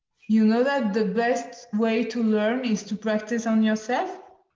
you know that the best way to learn is to practice on yourself?